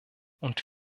und